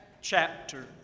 chapter